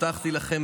הבטחתי לכם,